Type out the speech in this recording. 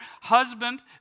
husband